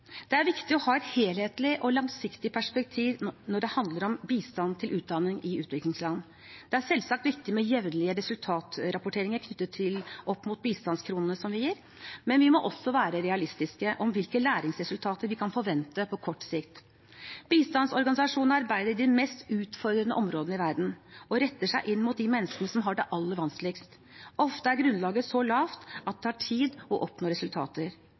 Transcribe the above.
Det er viktig å ha et helhetlig og langsiktig perspektiv når det handler om bistand til utdanning i utviklingsland. Det er selvsagt viktig med jevnlige resultatrapporteringer knyttet til bistandskronene vi gir, men vi må også være realistiske med hensyn til hvilke læringsresultater vi kan forvente på kort sikt. Bistandsorganisasjonene arbeider i de mest utfordrende områdene i verden og retter seg inn mot de menneskene som har det aller vanskeligst. Ofte er grunnlaget så lite at det tar tid å oppnå resultater.